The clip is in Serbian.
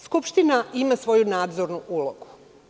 Skupština ima svoju nadzornu ulogu.